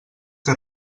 que